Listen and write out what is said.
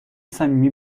صمیمی